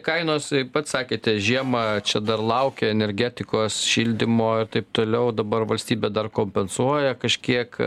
kainos pats sakėte žiemą čia dar laukia energetikos šildymo ir taip toliau dabar valstybė dar kompensuoja kažkiek